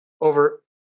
over